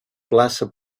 plaça